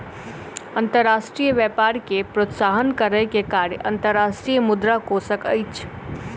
अंतर्राष्ट्रीय व्यापार के प्रोत्साहन करै के कार्य अंतर्राष्ट्रीय मुद्रा कोशक अछि